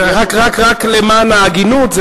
למען ההגינות,